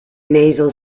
nasal